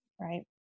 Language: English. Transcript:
right